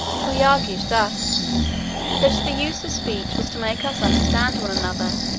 for he argued thus that the use of speech was to make us understand one another,